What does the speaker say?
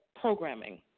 programming